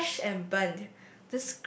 crash and burnt